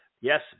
Yes